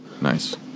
Nice